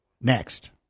Next